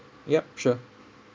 yup sure